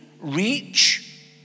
reach